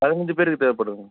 பதினைஞ்சி பேருக்கு தேவைப்படுதுங்க